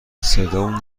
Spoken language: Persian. صدامون